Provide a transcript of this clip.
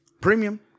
Premium